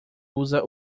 usa